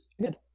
good